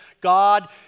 God